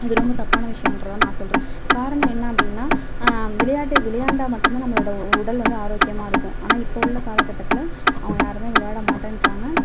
அது ரொம்ப தப்பான விஷயன்றத நான் சொல்கிறேன் காரணம் என்ன அப்படின்னா விளையாட்டு விளையாண்டால் மட்டும் தான் நம்மளோட உ உடல் வந்து ஆரோக்கியமாக இருக்கும் ஆனால் இப்போ உள்ள காலகட்டத்தில் அவங்க யாருமே விளையாட மாட்டேங்றாங்க